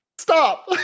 stop